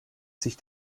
sich